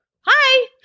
hi